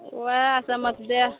ओएह सबमे से दै